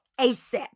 ASAP